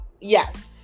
Yes